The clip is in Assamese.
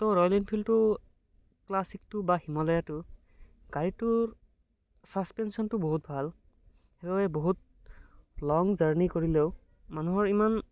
এইটো ৰয়েল এলফিল্ডটো ক্লাছকটো বা হিমালয়ানটো গাড়ীটোৰ বহুত ভাল সেইবাবে বহুত লং জাৰ্ণি কৰিলেও মানুহৰ ইমান